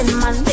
man